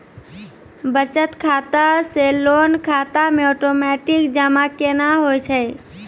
बचत खाता से लोन खाता मे ओटोमेटिक जमा केना होय छै?